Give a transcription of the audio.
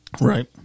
Right